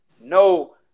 no